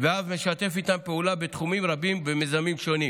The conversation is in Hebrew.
ואף משתף איתן פעולה בתחומים רבים ומיזמים שונים,